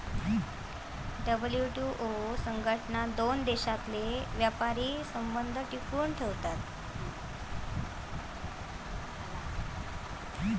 WTO संघटना दोन देशांतले व्यापारी संबंध टिकवन ठेवता